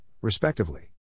respectively